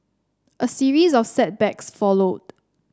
a series of setbacks followed